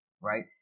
right